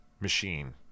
machine